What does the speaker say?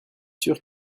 sûr